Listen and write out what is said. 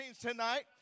tonight